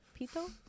Pito